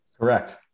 Correct